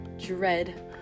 dread